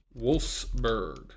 Wolfsburg